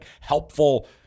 helpful